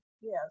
yes